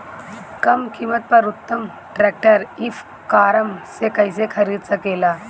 कम कीमत पर उत्तम ट्रैक्टर ई कॉमर्स से कइसे खरीद सकिले?